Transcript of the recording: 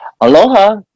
aloha